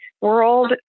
world